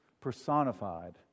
personified